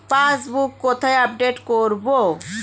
Passbook কোথায় update করব?